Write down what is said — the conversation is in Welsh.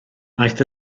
aeth